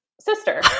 sister